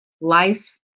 Life